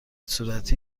صورتی